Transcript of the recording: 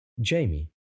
Jamie